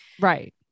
Right